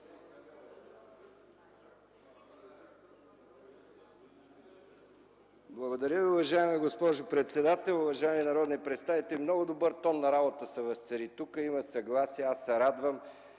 Благодаря Ви, уважаема госпожо председател. Уважаеми народни представители, много добър тон на работа се възцари тук – има съгласие. Аз се радвам